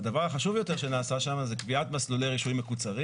הדבר החשוב יותר שנעשה שם זאת קביעת מסלולי רישוי מקוצרים